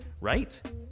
Right